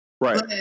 Right